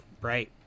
right